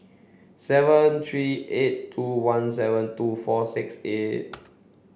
seven three eight two one seven two four six eight